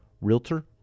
realtor